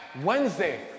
Wednesday